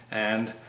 and,